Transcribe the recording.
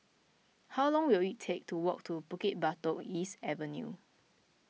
how long will it take to walk to Bukit Batok East Avenue